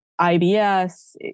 IBS